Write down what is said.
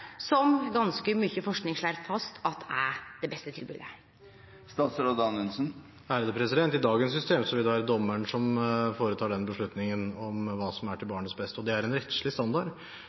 som ganske mykje forsking slår fast er det beste tilbodet? I dagens system vil det være dommeren som foretar beslutningen om hva som er til barnets beste. Det er en rettslig standard